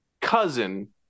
cousin